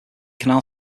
canal